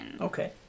Okay